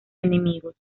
enemigos